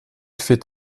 fait